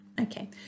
Okay